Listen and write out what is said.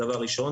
דבר ראשון.